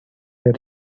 their